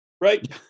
right